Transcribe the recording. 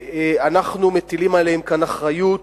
אנחנו מטילים עליהם כאן אחריות